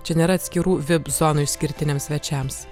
čia nėra atskirų vip zonų išskirtiniams svečiams